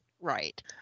right